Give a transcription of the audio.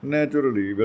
Naturally